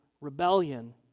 rebellion